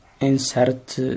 Insert